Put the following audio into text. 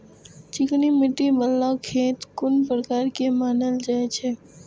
चिकनी मिट्टी बाला खेत कोन प्रकार के मानल जाय छै?